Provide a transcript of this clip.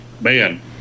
man